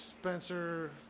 Spencer